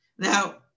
Now